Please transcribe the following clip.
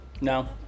No